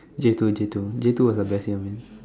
J two J two J two was the best year man